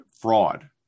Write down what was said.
fraud